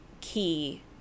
key